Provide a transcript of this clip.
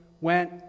went